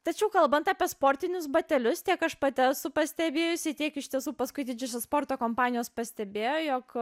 tačiau kalbant apie sportinius batelius tiek aš pati esu pastebėjusi tiek iš tiesų paskui didžiosios sporto kompanijos pastebėjo jog